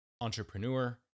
entrepreneur